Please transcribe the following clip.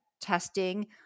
testing